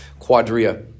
Quadria